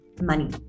money